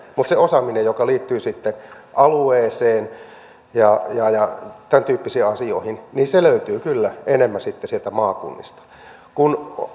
mutta se osaaminen joka liittyy alueeseen ja tämäntyyppisiin asioihin löytyy kyllä enemmän sitten sieltä maakunnista kun